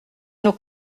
nos